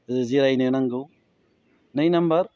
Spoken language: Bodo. जिरायनो नांगौ नै नामबार